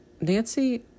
Nancy